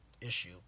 issue